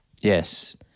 Yes